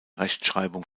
rechtschreibung